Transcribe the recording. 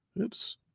Oops